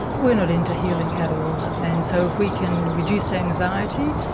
we're not into healing at all and so if we can reduce anxiety,